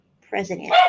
president